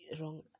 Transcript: wrong